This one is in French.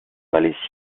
vallée